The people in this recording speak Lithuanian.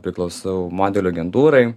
priklausau modelių agentūrai